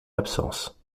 absence